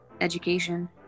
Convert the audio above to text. education